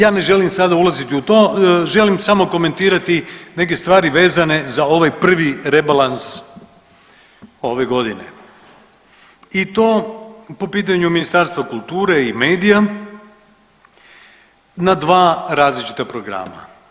Ja ne želim sada ulaziti u to, želim samo komentirati neke stvari vezane za ovaj prvi rebalans ove godine i to pitanju Ministarstva kulture i medija na dva različita programa.